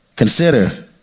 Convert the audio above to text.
consider